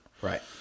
Right